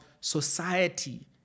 society